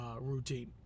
routine